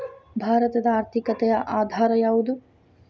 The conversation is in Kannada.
ಭಾರತದ ಆರ್ಥಿಕತೆಯ ಆಧಾರ ಯಾವುದು?